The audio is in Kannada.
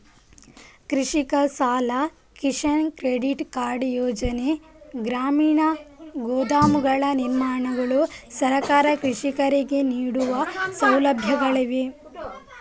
ಕೃಷಿಕ ಸಾಲ, ಕಿಸಾನ್ ಕ್ರೆಡಿಟ್ ಕಾರ್ಡ್ ಯೋಜನೆ, ಗ್ರಾಮೀಣ ಗೋದಾಮುಗಳ ನಿರ್ಮಾಣಗಳು ಸರ್ಕಾರ ಕೃಷಿಕರಿಗೆ ನೀಡುವ ಸೌಲಭ್ಯಗಳಾಗಿವೆ